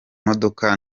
modoka